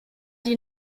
die